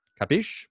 Capish